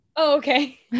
Okay